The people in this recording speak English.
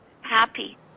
happy